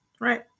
right